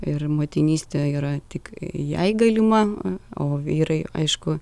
ir motinystė yra tik jai galima o vyrai aišku